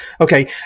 okay